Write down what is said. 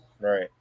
Right